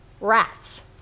rats